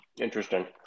Interesting